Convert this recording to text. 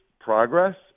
progress